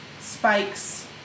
Spike's